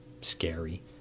scary